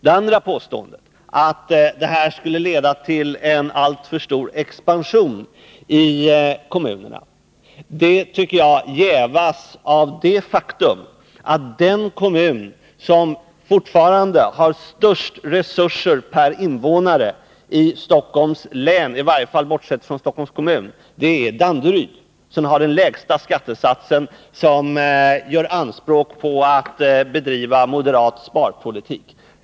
Det andra påståendet — att det skulle bli alltför stor expansion i kommunerna — tycker jag jävas av det faktum att den kommun som fortfarande har mest resurser per invånare i Stockholms län, i varje fall bortsett från Stockholms kommun, är Danderyds kommun, som har lägst skattesats och som gör anspråk på att bedriva moderat sparpolitik.